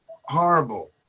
horrible